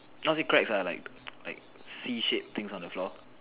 not say cracks lah like like C shaped things on the floor